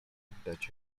oddać